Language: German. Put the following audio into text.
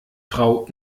frau